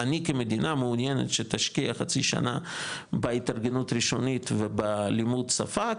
אני כמדינה מעוניינת שתשקיע חצי שנה בהתארגנות ראשונית ולימוד שפה,